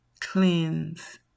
cleanse